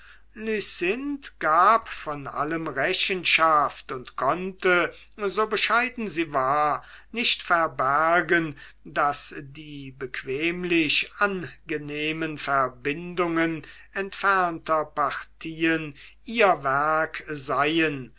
gab von allem rechenschaft und konnte so bescheiden sie war nicht verbergen daß die bequemlich angenehmen verbindungen entfernter partien ihr werk seien